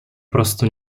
prostu